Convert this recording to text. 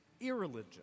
irreligion